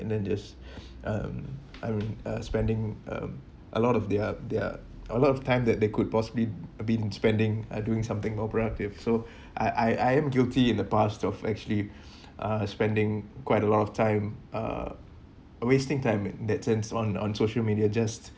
and then there's um I'm uh spending um a lot of their their uh a lot of time that they could possibly have been spending uh doing something more productive so I I I am guilty in the past of actually uh spending quite a lot of time uh wasting time in that sense on on social media just